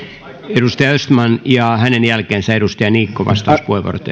edustaja östman ja hänen jälkeensä edustaja niikko vastauspuheenvuorot